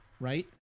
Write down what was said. right